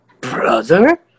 brother